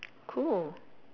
cool